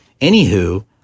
anywho